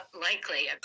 likely